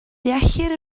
deallir